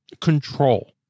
control